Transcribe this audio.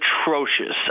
atrocious